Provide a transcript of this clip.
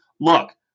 Look